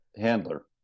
handler